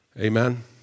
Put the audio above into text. Amen